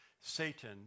Satan